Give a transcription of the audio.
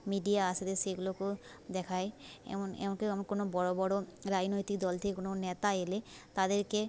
media আসলে সেগুলোকে দেখায় এমন এমন কোনো কোনো বড় বড় রাজনৈতিক দল থেকে কোনো নেতা এলে তাদেরকে